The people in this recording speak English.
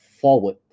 forward